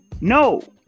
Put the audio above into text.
No